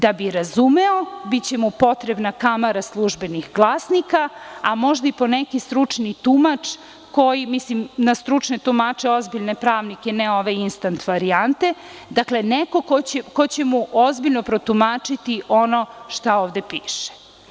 Da bi razumeo, biće mu potrebna kamara službenih glasnika, a možda i po neki stručni tumač, mislim na stručne tumače, ozbiljne pravnike, a ne na ove instant varijante, neko ko će mu ozbiljno protumačiti ono šta ovde piše.